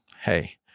hey